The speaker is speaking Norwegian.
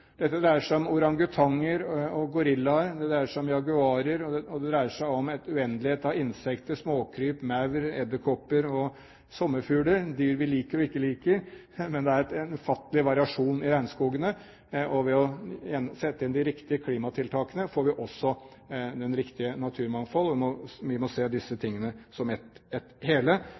dreier seg om orangutanger og gorillaer, det dreier seg om jaguarer, og det dreier seg om en uendelighet av innsekter, småkryp, maur, edderkopper og sommerfugler – dyr vi liker og ikke liker. Det er en ufattelig variasjon i regnskogene, og ved å sette inn de riktige klimatiltakene får vi også det riktige naturmangfoldet. Vi må se disse tingene som ett hele.